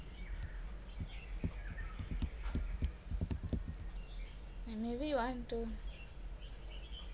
maybe you want to